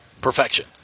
perfection